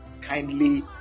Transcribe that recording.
kindly